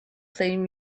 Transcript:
playing